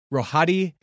Rohadi